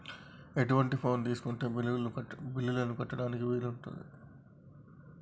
ఎటువంటి ఫోన్ తీసుకుంటే బిల్లులను కట్టడానికి వీలవుతది?